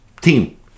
team